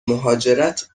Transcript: مهاجرت